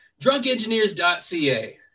drunkengineers.ca